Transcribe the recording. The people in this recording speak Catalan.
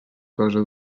cosa